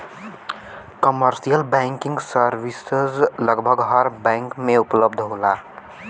commercial banking service लगभग हर bank में उपलब्ध होला